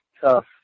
tough